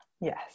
Yes